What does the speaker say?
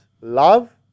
love